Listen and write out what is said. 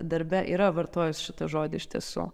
darbe yra vartojus šitą žodį iš tiesų